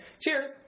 Cheers